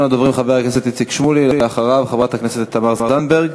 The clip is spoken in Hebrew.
הצעות לסדר-היום מס' 3040,